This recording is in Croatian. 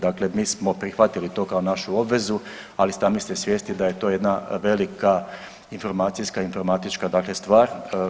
Dakle, mi smo prihvatili to kao našu obvezu ali sami ste svjesni da je to jedna velika informacijska informatička, dakle stvar.